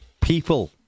people